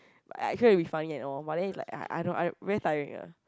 I try to be funny and all but then it's like I I I very tiring ah